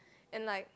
and like